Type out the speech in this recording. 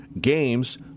games